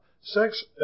sex